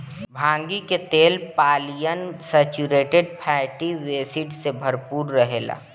भांगी के तेल पालियन सैचुरेटेड फैटी एसिड से भरपूर रहेला